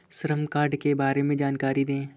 श्रम कार्ड के बारे में जानकारी दें?